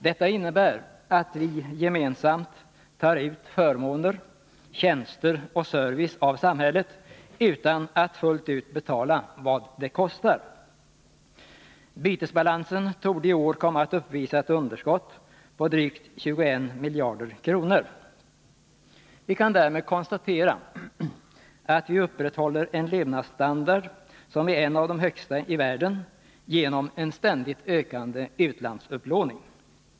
Detta innebär att vi gemensamt Nr 29 tar ut förmåner, tjänster och service av samhället utan att fullt ut betala vad Torsdagen den det kostar. 20 november 1980 Bytesbalansen torde i år komma att uppvisa ett underskott på drygt 21 miljarder kronor. Vi kan därmed konstatera att vi upprätthåller en levnadsstandard som är en av de högsta i världen genom en ständigt ökande utlandsupplåning.